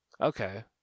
Okay